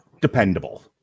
dependable